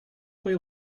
play